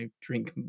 drink